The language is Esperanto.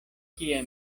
kia